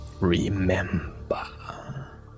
Remember